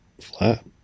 flat